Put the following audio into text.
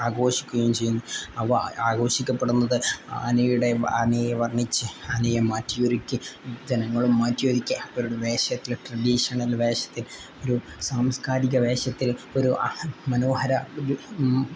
ആഘോഷിക്കുകയും ചെയ്യുന്നു അവ ആഘോഷിക്കപ്പെടുന്നത് ആനയുടെ ആനയെ വർണ്ണിച്ച് ആനയെ മാറ്റിയൊരുക്കി ജനങ്ങളും മാറ്റിയൊരുക്കി അവരുടെ വേഷത്തിൽ ട്രഡീഷണൽ വേഷത്തിൽ ഒരു സാംസ്കാരിക വേഷത്തിൽ ഒരു മനോഹര